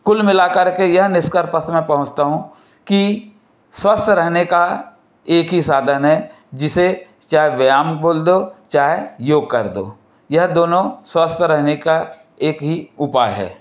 कुल मिलाकर के यह निष्कर्ष पर मैं पहुँचता हूँ कि स्वस्थ रहने का एक ही साधन है जिसे चाहे व्यायाम बोल दो चाहे योग कह दो यह दोनों स्वस्थ रहने का एक ही उपाय है